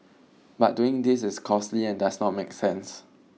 but doing this is costly and does not make sense